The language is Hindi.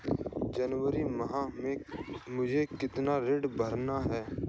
जनवरी माह में मुझे कितना ऋण भरना है?